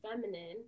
feminine